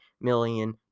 million